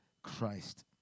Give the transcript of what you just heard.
christ